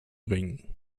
ringen